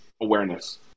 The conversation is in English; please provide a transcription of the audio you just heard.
awareness